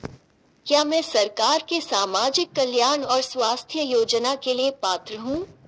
क्या मैं सरकार के सामाजिक कल्याण और स्वास्थ्य योजना के लिए पात्र हूं?